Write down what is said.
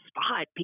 spot